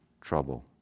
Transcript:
trouble